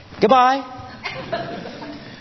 Goodbye